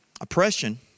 Oppression